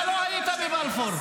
אתה לא היית בבלפור.